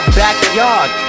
backyard